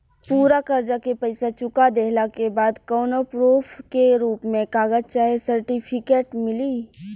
पूरा कर्जा के पईसा चुका देहला के बाद कौनो प्रूफ के रूप में कागज चाहे सर्टिफिकेट मिली?